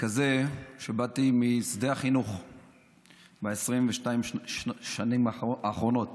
כמי שבא משדה החינוך ב-22 השנים האחרונות